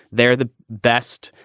they're the best.